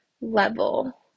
level